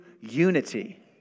unity